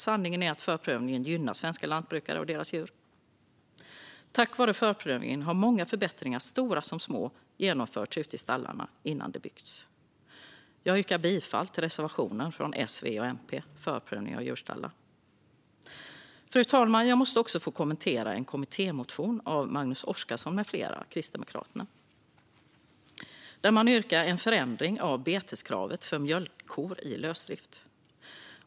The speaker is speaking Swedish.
Sanningen är att förprövningen gynnar svenska lantbrukare och deras djur. Tack vare förprövningen har många förbättringar, stora som små, genomförts ute i stallarna innan de byggts. Jag yrkar bifall till reservation 19 från S, V och M om förprövning av djurstallar. Fru talman! Jag måste också få kommentera en kommittémotion från Magnus Oscarsson med flera kristdemokrater där man yrkar på en förändring av beteskravet för mjölkkor i lösdrift.